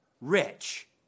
rich